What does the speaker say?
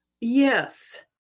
yes